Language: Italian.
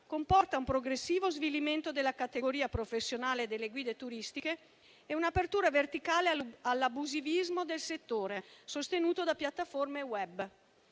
comporta un progressivo svilimento della categoria professionale delle guide turistiche e un'apertura verticale all'abusivismo del settore, sostenuto da piattaforme *web*.